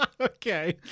Okay